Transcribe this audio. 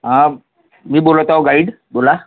हां मी बोलत आहोत गाईड बोला